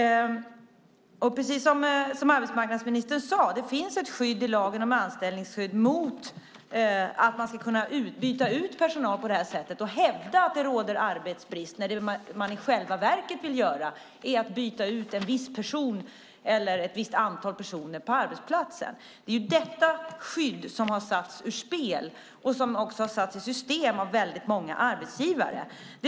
Precis som arbetsmarknadsministern sade finns det i lagen om anställningsskydd ett skydd mot att företag ska kunna byta ut personal på detta sätt genom att hävda att det råder arbetsbrist när man i själva verket vill byta ut ett visst antal personer på arbetsplatsen. Skyddet har satts ur spel, och detta har satts i system av många arbetsgivare.